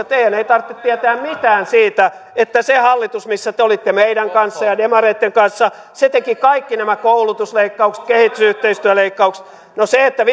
teidän ei tarvitse tietää mitään siitä että se hallitus missä te olitte meidän kanssamme ja demareitten kanssa teki kaikki nämä koulutusleikkaukset kehitysyhteistyöleikkaukset no se että